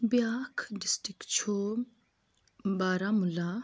بیٛاکھ ڈِسٹرک چھُ بارہمولہ